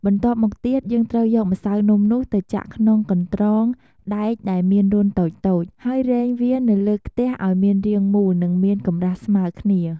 បន្ទាប់មកទៀត យើងត្រូវយកម្សៅនំនោះ ទៅចាក់ក្នុងកន្រ្តងដែកដែលមានរន្ធតូចៗ ហើយរែងវានៅលើខ្ទះឱ្យមានរាងមូល និងមានកម្រាស់ស្មើគ្នា។